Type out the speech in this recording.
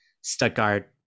Stuttgart